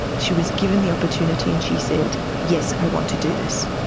she was given the opportunity and she said yes, i want to do this.